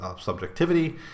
subjectivity